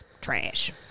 trash